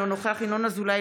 אינו נוכח ינון אזולאי,